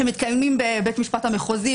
שמתקיימים בבית המשפט המחוזי,